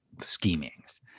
schemings